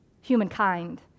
humankind